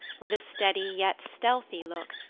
with a steady yet stealthy look,